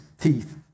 teeth